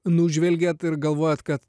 nužvelgėt ir galvojat kad